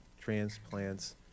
transplants